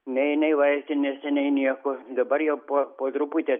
nei nei vaistinėse nei nieko dabar jau po po truputį